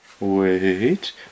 Wait